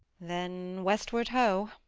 then westward-ho!